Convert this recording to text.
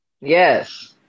Yes